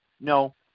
no